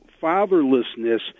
fatherlessness